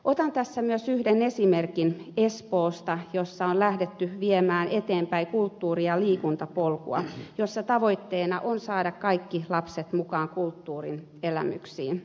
otan tässä yhden esimerkin myös espoosta jossa on lähdetty viemään eteenpäin kulttuuri ja liikuntapolkua jossa tavoitteena on saada kaikki lapset mukaan kulttuurin elämyksiin